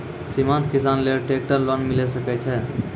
सीमांत किसान लेल ट्रेक्टर लोन मिलै सकय छै?